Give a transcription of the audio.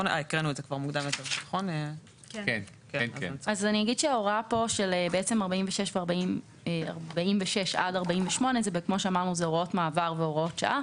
אני אגיד שהוראות 46 ו-48 הן הוראות מעבר והוראות שעה.